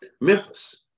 Memphis